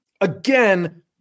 again